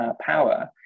power